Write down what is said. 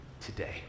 today